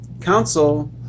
council